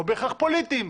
לא בהכרח פוליטיים,